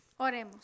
Oremos